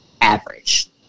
average